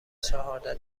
چهارده